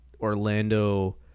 Orlando